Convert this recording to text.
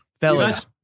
fellas